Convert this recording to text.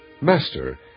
Master